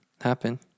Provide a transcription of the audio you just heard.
happen